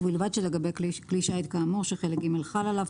ובלבד שלגבי כלי שיט כאמור שחלק ג' חל עליו,